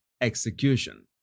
execution